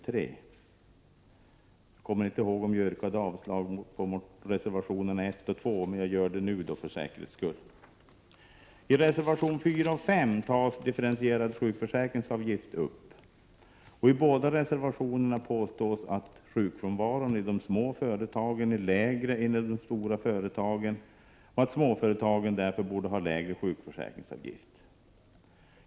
Jag kommer inte ihåg om jag yrkade avslag på reservationerna 1 och 2, så jag gör det nu för säkerhets skull. I reservationerna 4 och 5 tas differentierad sjukförsäkringsavgift upp. I båda reservationerna påstås att sjukfrånvaron i de små företagen är lägre än i de stora företagen och att de små företagen därför borde ha lägre sjukförsäkringsavgift.